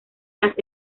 las